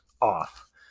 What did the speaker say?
off